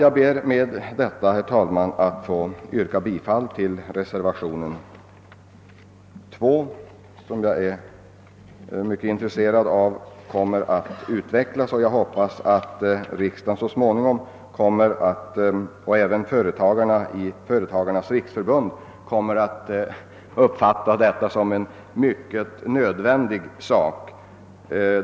Jag ber att med det anförda få yrka bifall till reservationen 2, som jag är mycket intresserad av. Jag hoppas att riksdagen, liksom också företagarna inom företagarnas riksförbund, kommer att uppfatta vad som där föreslås såsom en mycket nödvändig åtgärd.